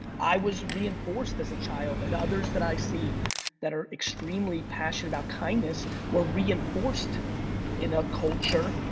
i was reinforced as a child, and others that i see that are extremely passionate about kindness were reinforced in a culture,